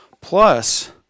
Plus